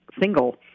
single